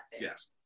Yes